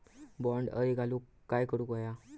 बोंड अळी घालवूक काय करू व्हया?